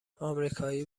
امریکایی